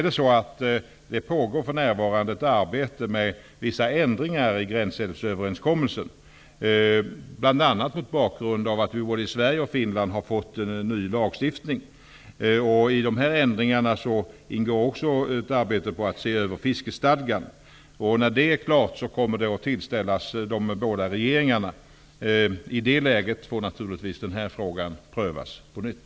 För närvarande pågår ett arbete rörande vissa ändringar i gränsälvsöverenskommelsen, bl.a. mot bakgrund av att vi både i Sverige och i Finland har fått en ny lagstiftning. I de här ändringarna ingår också att se över fiskestadgan. När det är klart kommer förslag att tillställas de båda regeringarna. I det läget får naturligtvis den här frågan prövas på nytt.